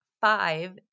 five